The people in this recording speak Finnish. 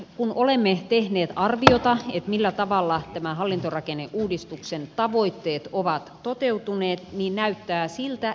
kun olemme tehneet arviota millä tavalla tämän hallintorakenneuudistuksen tavoitteet ovat toteutuneet niin näyttää siltä